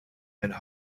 and